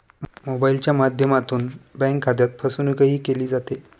मोबाइलच्या माध्यमातून बँक खात्यात फसवणूकही केली जाते